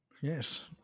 Yes